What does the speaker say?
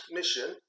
mission